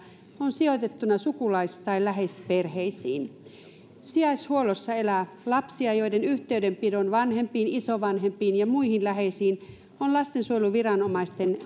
on sijoitettuna sukulais tai läheisperheisiin sijaishuollossa elää lapsia joiden yhteydenpidon vanhempiin isovanhempiin ja muihin läheisiin on lastensuojeluviranomainen